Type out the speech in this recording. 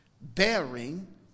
bearing